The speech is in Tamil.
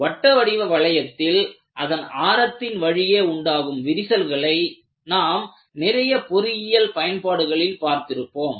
வட்ட வடிவ வளையத்தில் அதன் ஆரத்தின் வழியே உண்டாகும் விரிசல்களை நாம் நிறைய பொறியியல் பயன்பாடுகளில் பார்த்திருப்போம்